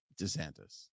DeSantis